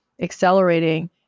accelerating